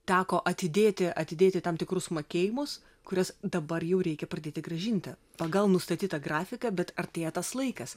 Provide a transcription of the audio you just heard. teko atidėti atidėti tam tikrus mokėjimus kurias dabar jau reikia pradėti grąžinti pagal nustatytą grafiką bet artėja tas laikas